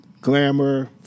glamour